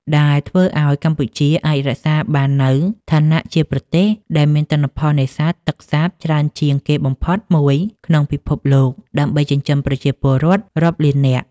ដែលធ្វើឱ្យកម្ពុជាអាចរក្សាបាននូវឋានៈជាប្រទេសដែលមានទិន្នផលនេសាទទឹកសាបច្រើនជាងគេបំផុតមួយក្នុងពិភពលោក ដើម្បីចិញ្ចឹមប្រជាពលរដ្ឋរាប់លាននាក់។